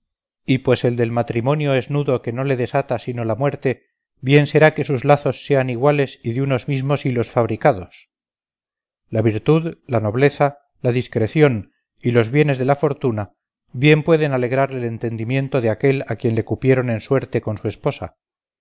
y pues el del matrimonio es nudo que no le desata sino la muerte bien será que sus lazos sean iguales y de unos mismos hilos fabricados la virtud la nobleza la discreción y los bienes de la fortuna bien pueden alegrar el entendimiento de aquel a quien le cupieron en suerte con su esposa